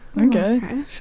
okay